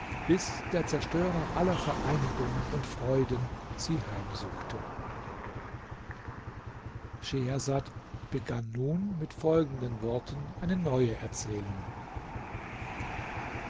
bis der zerstörer aller vereinigungen und freuden sie heimsuchte schehersad begann nun mit folgenden worten eine neue erzählung